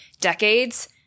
decades